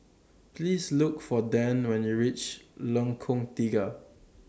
Please Look For Dann when YOU REACH Lengkong Tiga